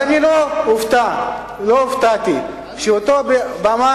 אני לא יודע כמה הוא שילם מס הכנסה.